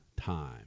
time